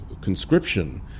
conscription